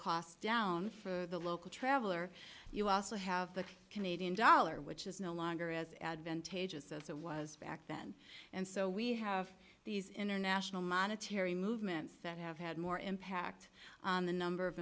costs down for the local traveler you also have the canadian dollar which is no longer as advantageous as it was back then and so we have these international monetary movements that have had more impact on the number of